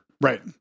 Right